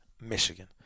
Michigan